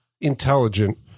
intelligent